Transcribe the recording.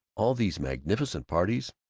all these magnificent parties?